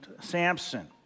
Samson